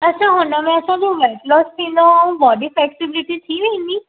असां हुनमें असांजो वेट लोस थींदो आहे त बॉडी फ्लेसिबिलिटी थी वेंदी